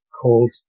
called